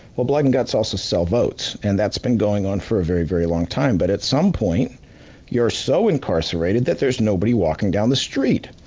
well, blood and guts also sell votes, and that's been going on for a very, very long time. but, at some point you're so incarcerated that there's nobody walking down the street.